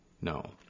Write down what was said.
No